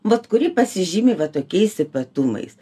vat kuri pasižymi va tokiais ypatumais